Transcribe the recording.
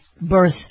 Birth